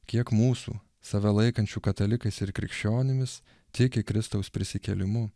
kiek mūsų save laikančių katalikais ir krikščionimis tiki kristaus prisikėlimu